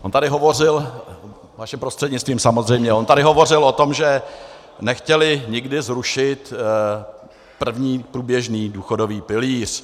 On tady hovořil vaším prostřednictvím samozřejmě o tom, že nechtěli nikdy zrušit první průběžný důchodový pilíř.